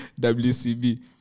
WCB